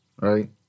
right